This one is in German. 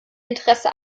interesse